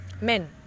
Men